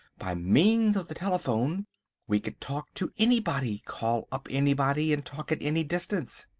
by means of the telephone we could talk to anybody, call up anybody, and talk at any distance.